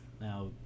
Now